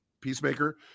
Peacemaker